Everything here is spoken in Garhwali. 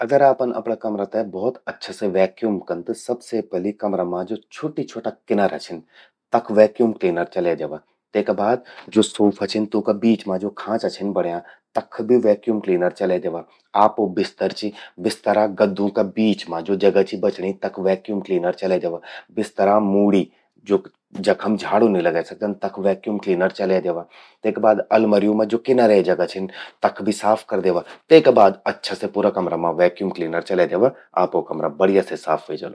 अगर आपन अपरा कमरा ते भौत अच्छा से वैक्यूम कन्न, त सबसे पलि कमरा मां ज्वो छ्वोटा-छ्वोटा किनारा छिन, तख वैक्यूम क्लीनर चलै द्यवा। तेका बाद ज्वो सोफा छिन, तूंका बीच मां ज्वो खांचा छिन बण्यां, तख भि वैक्यूम क्लीनर चलै द्यवा। आपो बिस्तर चि, बिस्तरा गद्दों का बीच मां ज्वो जगा चि बचणी तख भि वैक्यूम क्लीनर चलै द्यवा। बिस्तरा मूड़ि, जख हम झाड़ू नि लगै सकदन, तख वैक्यूम क्लीनर चलै द्यवा। तेका बाद ज्वो अलमर्यूं मां किनारे जगा छिन, तख भि वैक्यूम क्लीनर चलै द्यवा। तेका बाद अच्छा से पूरा कमरा मां वैक्यूम क्लीनर चलै द्यवा। आपो कमरा बणिया से साफ ह्वे जलु।